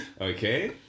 Okay